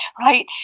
right